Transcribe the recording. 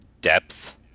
depth